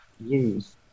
use